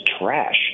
trash